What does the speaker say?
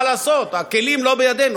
מה לעשות, הכלים לא בידינו.